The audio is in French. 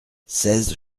seize